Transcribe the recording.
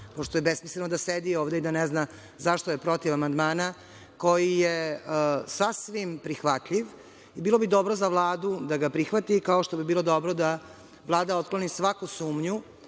pošto je besmisleno da sedi ovde i da ne zna zašto je protiv amandmana koji je sasvim prihvatljiv. Bilo bi dobro za Vladu da ga prihvati, kao što bi bilo dobro da Vlada otkloni svaku sumnju